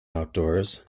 outdoors